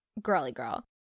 girlygirl